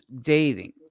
dating